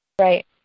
Right